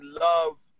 love